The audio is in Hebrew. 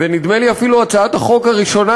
ונדמה לי אפילו שהצעת החוק הראשונה,